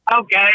Okay